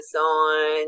on